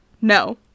No